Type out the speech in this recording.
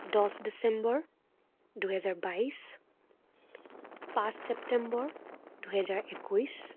দহ ডিচেম্বৰ দুহেজাৰ বাইছ পাঁচ চেপ্তেম্বৰ দুহেজাৰ একৈছ